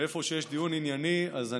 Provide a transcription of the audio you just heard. ואיפה שיש דיון ענייני אז אני,